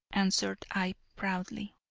answered i, proudly.